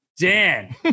Dan